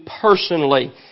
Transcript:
personally